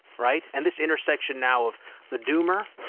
right? and this intersection now of the doomer,